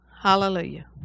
Hallelujah